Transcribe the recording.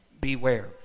Beware